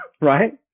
right